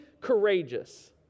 courageous